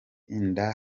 inda